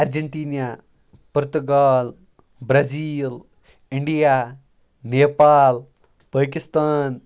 Argentina Portugal Brazil India Nepal Pakistan